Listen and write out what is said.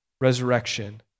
resurrection